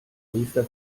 riester